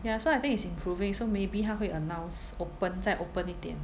ya so I think it's improving so maybe 他会 announce open 再 opening 一点